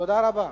תודה רבה.